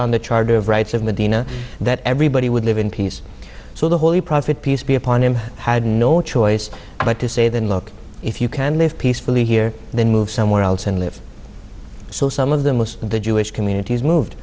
on the charter of rights of medina that everybody would live in peace so the holy prophet peace be upon him had no choice but to say then look if you can live peacefully here then move somewhere else and live so some of the most of the jewish communities moved